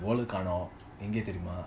wallet காணும் எங்க தெரியுமா:kaanum enga teriyuma